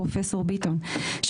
פרופסור ביטון,